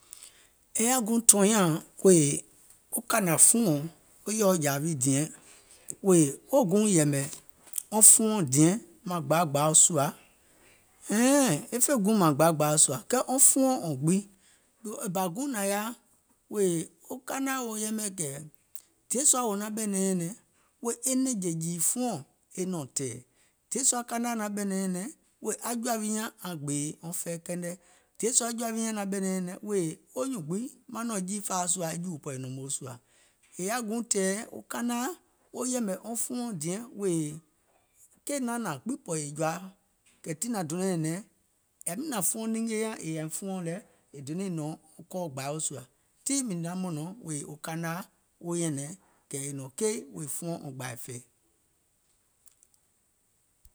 È yaȧ guùŋ tɔ̀ɔ̀nyaȧŋ wèè wo kȧnȧ fuɔɔ̀ŋ wo yɔ̀ɔ jȧȧ wì diɛŋ wèè wo guùŋ yɛ̀mɛ̀ wɔŋ fuɔɔ̀ŋ diɛŋ maŋ gbaagbaa sùȧ, hɛ̀ɛɛ̀ŋ, e fè guùŋ maŋ gbaagbaa sùà kɛɛ wɔŋ fuɔɔ̀ŋ gbiŋ, e bȧ guùŋ nȧŋ yaȧ wèè wo kanaȧ wo yɛmɛ̀ kɛ̀ dièsɔa naŋ ɓɛ̀nɛ̀ŋ nyɛ̀nɛŋ wèè e nɛ̀ŋjè jìì fuɔɔ̀ŋ e nɔ̀ŋ tɛ̀ɛ̀, dièsɔa kanaȧ naŋ ɓɛ̀nɛ̀ŋ nyɛ̀nɛŋ wèè aŋ jɔ̀ȧ wi nyȧŋ aŋ gbèè wɔŋ fɛi kɛnɛ, diè jɔ̀ȧ wi nyȧŋ naŋ ɓɛ̀nɛ̀ŋ nyɛ̀nɛŋ wèè wo nyùùŋ maŋ nɔ̀ŋ jii fȧo sùȧ e jùù ɓɔ̀ nɔ̀ŋ moo sùȧ, è yaȧ guùŋ tɛ̀ɛ̀ wo kanaȧ wo yɛ̀mɛ̀ wɔŋ fuɔɔ̀ŋ diɛŋ wèè keì naanȧȧŋ gbiŋ ɓɔ̀ è jɔ̀ȧa, kɛ̀ tiŋ nȧŋ donȧŋ nyɛ̀nɛ̀ŋ yȧwi nȧȧŋ fooninge nyȧŋ è yȧìŋ fuɔɔ̀ŋ lɛ, è donȧŋ nɔŋ kɔɔ gbȧo sùȧ, tiŋ mìŋ naŋ mɔ̀nɔ̀ŋ wèè wo kanaȧ wo nyɛ̀nɛ̀ŋ kɛ̀ è nɔŋ keì wèè fuɔɔ̀ŋ gbȧì fɛ̀ɛ̀.